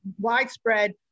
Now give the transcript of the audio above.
widespread